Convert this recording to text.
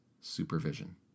supervision